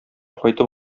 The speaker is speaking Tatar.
кайтып